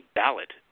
ballot